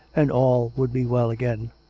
and all would be well again.